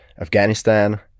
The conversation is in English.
Afghanistan